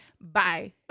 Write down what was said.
Bye